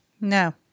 No